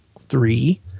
three